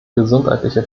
gesundheitliche